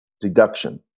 deduction